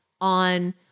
on